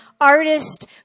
artist